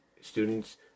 students